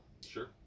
Sure